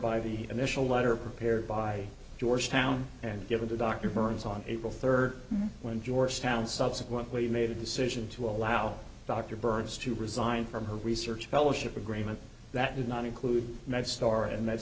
by the initial letter prepared by georgetown and given to dr burns on april third when georgetown subsequently made a decision to allow dr byrd's to resign from her research fellowship agreement that did not include med star and m